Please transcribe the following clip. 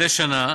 מדי שנה,